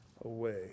away